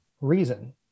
reason